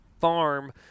farm